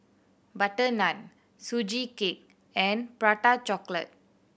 butter naan Sugee Cake and Prata Chocolate